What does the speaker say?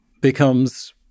becomes